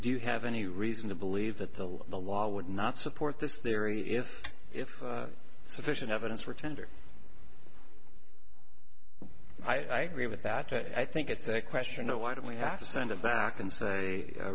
do you have any reason to believe that the law the law would not support this theory if if sufficient evidence were tender i agree with that i think it's a question of why don't we have to send it back and say